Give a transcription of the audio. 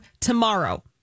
tomorrow